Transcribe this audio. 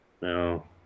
No